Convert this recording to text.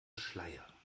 schleier